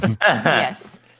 yes